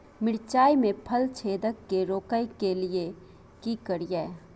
मिर्चाय मे फल छेदक के रोकय के लिये की करियै?